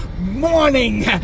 morning